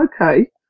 Okay